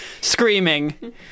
screaming